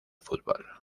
fútbol